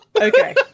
Okay